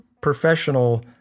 professional